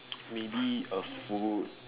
maybe a food